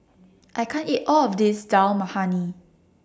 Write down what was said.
I can't eat All of This Dal Makhani